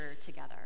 together